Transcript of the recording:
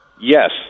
Yes